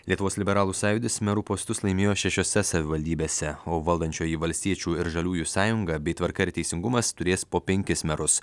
lietuvos liberalų sąjūdis merų postus laimėjo šešiose savivaldybėse o valdančioji valstiečių ir žaliųjų sąjunga bei tvarka ir teisingumas turės po penkis merus